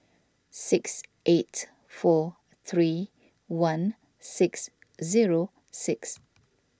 six eight four three one six zero six